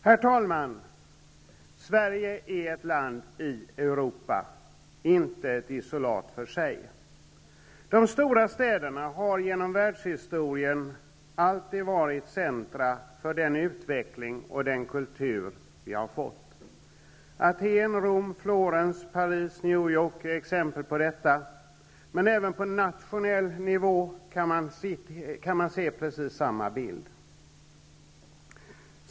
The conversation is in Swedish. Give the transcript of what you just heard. Herr talman! Sverige är ett land i Europa, inte ett isolat för sig. De stora städerna har genom världshistorien alltid varit centra för den utveckling och den kultur vi har fått. Atén, Rom, Florens, Paris och New York är exempel på detta. Men även på nationell nivå kan man se precis samma bild.